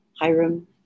Hiram